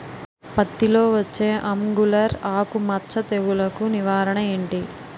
పత్తి లో వచ్చే ఆంగులర్ ఆకు మచ్చ తెగులు కు నివారణ ఎంటి?